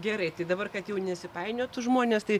gerai tai dabar kad jau nesipainiotų žmonės tai